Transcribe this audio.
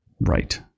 right